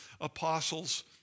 apostles